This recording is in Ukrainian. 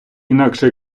інакше